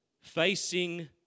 facing